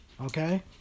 okay